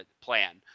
plan